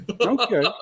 Okay